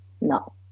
No